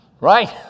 Right